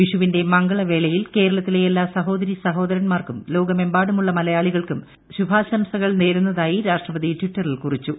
വിഷുവിന്റെ മംഗളൂ വേളയിൽ കേരളത്തിലെ എല്ലാ സഹോദരീ സഹോദരൻമ്മാർക്കുംട് ലോകമെമ്പാടുമുള്ള മലയാളികൾക്കും ശുഭാശംസകൾ നേരുന്നതായി രാഷ്ട്രപതി ടിറ്ററിൽ കുറിച്ചു